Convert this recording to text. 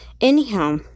Anyhow